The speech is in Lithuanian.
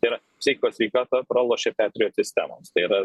ir seiko sveikata pralošė petrijot sistemos tai yra